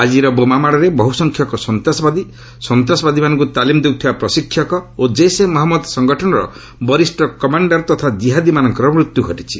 ଆଜିର ବୋମାମାଡରେ ବହ୍ରସଂଖ୍ୟକ ସନ୍ତାସବାଦୀ ସନ୍ତାସବାଦୀମାନଙ୍କୁ ତାଲିମ ଦେଉଥିବା ପ୍ରଶିକ୍ଷକ ଓ ଜେସେ ମହଞ୍ମଦ ସଙ୍ଗଠନର ବରିଷ୍ଠ କମାଶ୍ଡାର ତଥା କିହାଦୀମାନଙ୍କର ମୃତ୍ୟୁ ଘଟିଛି